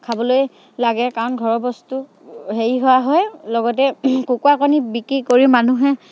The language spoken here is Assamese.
খাবলৈ লাগে কাৰণ ঘৰৰ বস্তু হেৰি হোৱা হয় লগতে কুকুৰা কণী বিক্ৰী কৰি মানুহে